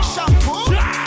Shampoo